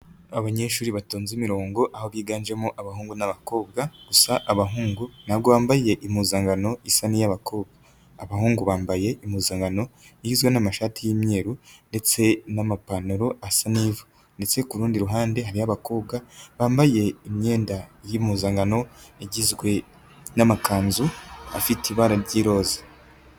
Abanyeshuri batonze imirongo, aho biganjemo abahungu n'abakobwa, gusa abahungu ntabwo bambaye impuzankano isa n'iy'abakobwa. Abahungu bambaye impuzankano igizwe n'amashati y'imyeru ndetse n'amapantaro asa n'ivu ndetse ku rundi ruhande hariho abakobwa, bambaye imyenda y'impuzankano, igizwe n'amakanzu afite ibara ry'iroza.